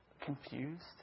confused